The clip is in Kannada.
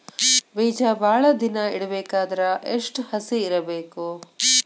ಬೇಜ ಭಾಳ ದಿನ ಇಡಬೇಕಾದರ ಎಷ್ಟು ಹಸಿ ಇರಬೇಕು?